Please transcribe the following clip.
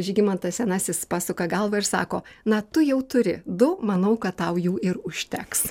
žygimantas senasis pasuka galvą ir sako na tu jau turi du manau kad tau jų ir užteks